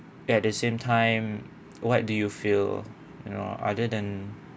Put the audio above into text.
at the same time what do you feel you know other than